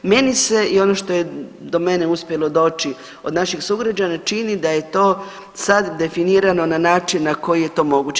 Meni se i ono što je do mene uspjelo doći od naših sugrađana čini da je to sad definirano na način na koji je to moguće.